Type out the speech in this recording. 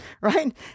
Right